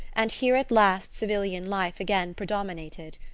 and here at last civilian life again predominated.